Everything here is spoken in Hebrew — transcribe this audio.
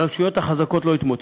הרשויות החזקות לא התמוטטו.